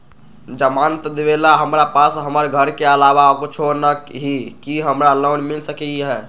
जमानत देवेला हमरा पास हमर घर के अलावा कुछो न ही का हमरा लोन मिल सकई ह?